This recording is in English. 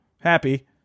happy